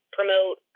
promote